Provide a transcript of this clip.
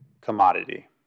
commodity